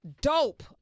Dope